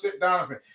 Donovan